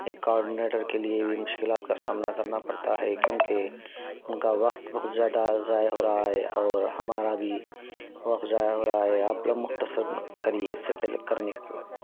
ایک کارڈینیٹر کے لیے بھی مشکلات کا سامنا کرنا پڑتا ہے کیونکہ ان کا وقت بہت زیادہ ضائع ہو رہا ہے اور ہمارا بھی وقت ضائع ہو رہا ہے آپ لوگ مختصر کریے اس سے پہلے کرنے کی بات